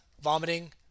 vomiting